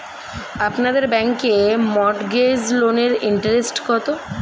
আপনাদের ব্যাংকে মর্টগেজ লোনের ইন্টারেস্ট কত?